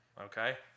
Okay